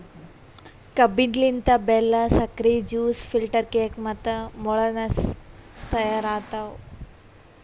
ಕಬ್ಬಿನ ಲಿಂತ್ ಬೆಲ್ಲಾ, ಸಕ್ರಿ, ಜ್ಯೂಸ್, ಫಿಲ್ಟರ್ ಕೇಕ್ ಮತ್ತ ಮೊಳಸಸ್ ತೈಯಾರ್ ಆತವ್